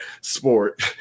sport